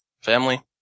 family